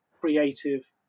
creative